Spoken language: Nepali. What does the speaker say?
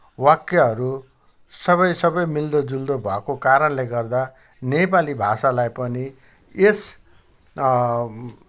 वाक्यहरू सबै सबै मिल्दोजुल्दो भएको कारणले गर्दा नेपाली भाषालाई पनि यस